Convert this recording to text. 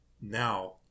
now